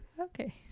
Okay